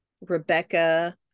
Rebecca